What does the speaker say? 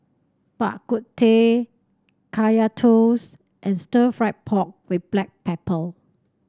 Bak Kut Teh Kaya Toast and Stir Fried Pork with Black Pepper